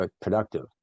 productive